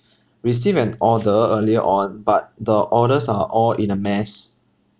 received an order earlier on but the orders are all in a mess